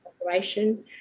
operation